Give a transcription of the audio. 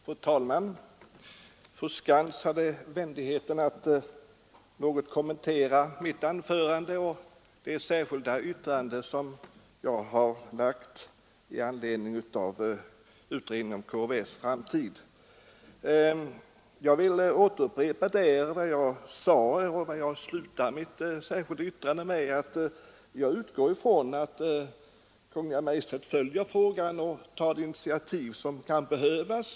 Fru talman! Fru Skantz hade vänligheten att något kommentera mitt anförande och det särkilda yttrande som jag har avgivit i anledning av utredningen om KVS:s framtid. Jag vill upprepa vad jag säger i slutet av mitt särskilda yttrande, nämligen att jag utgår ifrån att Kungl. Maj:t följer frågan och tar de initiativ som kan behövas.